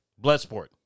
Bloodsport